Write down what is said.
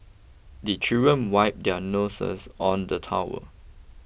the children wipe their noses on the towel